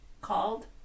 Called